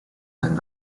and